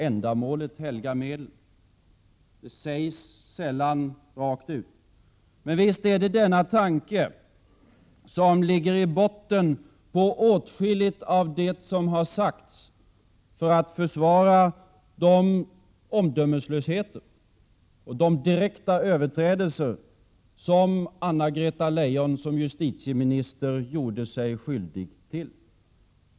Ändamålet helgar medlen — detta sägs dock sällan rakt ut. Men visst är det denna tanke som ligger i botten när det gäller åtskilligt av det som har sagts till försvar av den omdömeslöshet och de direkta överträdelser som Anna-Greta Leijon som justitieminister gjorde sig skyldig till!